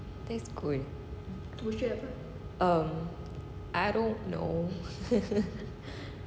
that's good I don't know